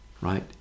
Right